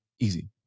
easy